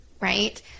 right